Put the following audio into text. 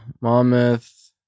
Monmouth